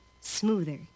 smoother